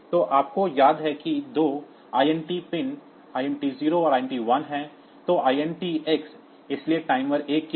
तो आपको याद है कि 2 INT पिन INT 0 और INT 1 हैं तो INT x इसलिए टाइमर 1 के लिए